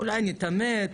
אולי נתאמץ,